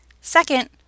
second